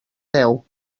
deu